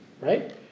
Right